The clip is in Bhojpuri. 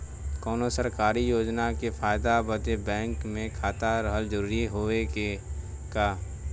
कौनो सरकारी योजना के फायदा बदे बैंक मे खाता रहल जरूरी हवे का?